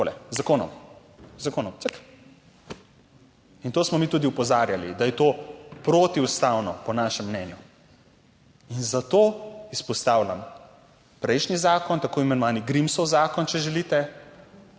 Takole, z zakonom. Z zakonom, ck, in to smo mi tudi opozarjali, da je to protiustavno po našem mnenju, in zato izpostavljam prejšnji zakon, tako imenovani Grimsov zakon, če želite,